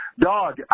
Dog